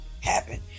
happen